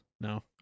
No